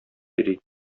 йөри